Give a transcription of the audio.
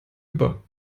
über